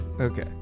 okay